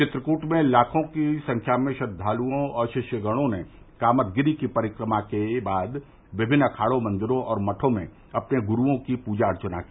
चित्रकूट में लाखों की संख्या में श्रद्वालुओं और शिष्यगणों ने कामदगिरी की परिक्रमा के बाद विभिन्न अखाड़ों मंदिरों और मठों में अपने गुरूओं की पूजा अर्चना की